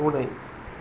பூனை